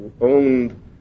owned